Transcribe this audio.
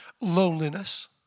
loneliness